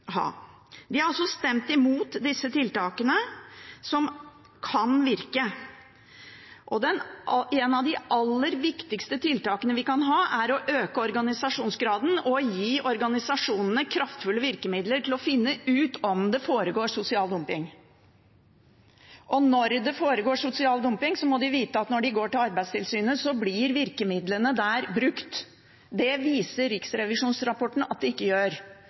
Vi som ønsker mindre forskjeller, vet at tiltakene mot sosial dumping må være sterke og kraftfulle og må svi skikkelig på pungen. Og det er viktig å gjøre det raskt, mye raskere enn Høyre og Fremskrittspartiet vil. De har altså stemt imot disse tiltakene som kan virke. Et av de aller viktigste tiltakene er å øke organisasjonsgraden og gi organisasjonene kraftfulle virkemidler til å finne ut om det foregår sosial dumping. Og når det foregår sosial dumping, må